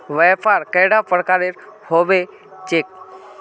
व्यापार कैडा प्रकारेर होबे चेक?